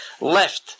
left